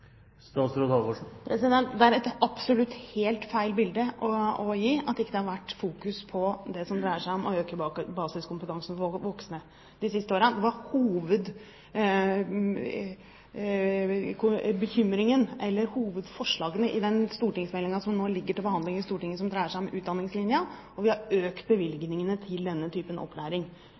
Det er å gi et absolutt helt galt bilde å si at det de siste årene ikke har vært fokusert på det som dreier seg om å øke basiskompetansen hos voksne. Dette er hovedforslagene i den stortingsmeldingen som nå ligger til behandling i Stortinget, og som dreier seg om utdanningslinjen. Vi har over tid økt bevilgningene til denne typen opplæring.